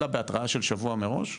אלא בהתראה של שבוע מראש?